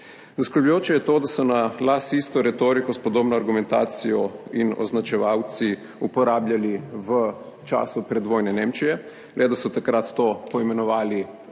Zaskrbljujoče je to, da so na las isto retoriko s podobno argumentacijo in označevalci uporabljali v času predvojne Nemčije, le da so takrat to poimenovali